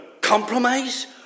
compromise